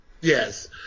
Yes